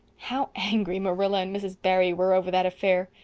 how angry marilla and mrs. barry were over that affair,